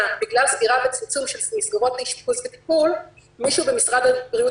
בגלל סגירה וצמצום של מסגרות האשפוז והטיפול מישהו במשרד הבריאות